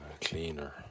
cleaner